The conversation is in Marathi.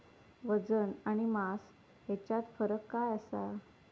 वजन आणि मास हेच्यात फरक काय आसा?